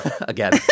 again